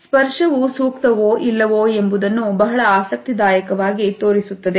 ಸ್ಪರ್ಶವು ಸೂಕ್ತವೋ ಇಲ್ಲವೋ ಎಂಬುದನ್ನು ಬಹಳ ಆಸಕ್ತಿದಾಯಕವಾಗಿ ತೋರಿಸುತ್ತದೆ